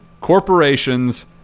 corporations